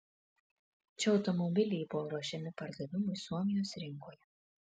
čia automobiliai buvo ruošiami pardavimui suomijos rinkoje